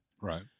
Right